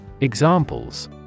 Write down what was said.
Examples